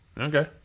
Okay